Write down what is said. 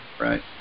right